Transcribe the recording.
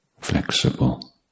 flexible